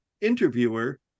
interviewer